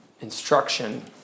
instruction